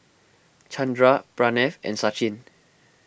Chandra Pranav and Sachin